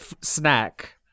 snack